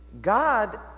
God